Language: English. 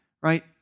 right